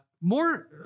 More